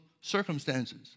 circumstances